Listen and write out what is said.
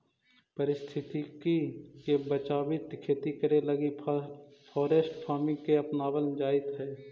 पारिस्थितिकी के बचाबित खेती करे लागी फॉरेस्ट फार्मिंग के अपनाबल जाइत हई